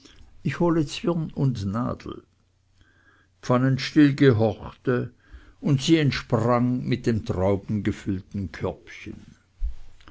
ich hole zwirn und nadel pfannenstiel gehorchte und sie entsprang mit dem traubengefüllten körbchen